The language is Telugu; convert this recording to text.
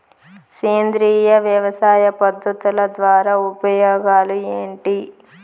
సేంద్రియ వ్యవసాయ పద్ధతుల ద్వారా ఉపయోగాలు ఏంటి?